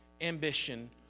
ambition